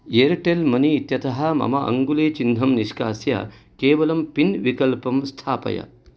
Airtel money इत्यतः मम अङ्गुलीचिह्नं निष्कास्य केवलं पिन् विकल्पं स्थापय